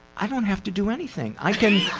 i don't have to do anything, i can.